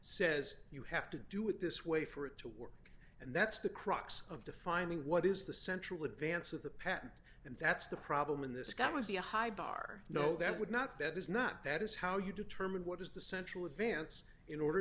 says you have to do it this way for it to work and that's the crux of defining what is the central advance of the patent and that's the problem in this got was the high bar no that would not that is not that is how you determine what is the central advance in order